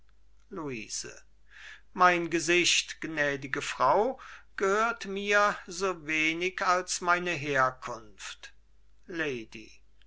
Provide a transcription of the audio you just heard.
luise mein gesicht gnädige frau gehört mir so wenig als meine herkunft lady